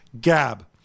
gab